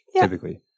typically